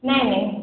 ନାଇଁ ନାଇଁ